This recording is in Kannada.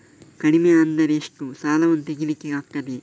ಕಡಿಮೆ ಅಂದರೆ ಎಷ್ಟು ಸಾಲವನ್ನು ತೆಗಿಲಿಕ್ಕೆ ಆಗ್ತದೆ?